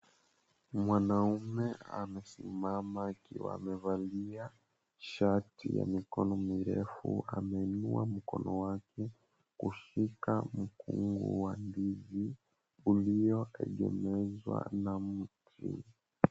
Mwanaume amesimama, akiwa amevalia shati ya mikono mirefu, ameinua mkono wake kushika mkungu wa ndizi ulioegemezwa na mti.